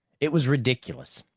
it was ridiculous,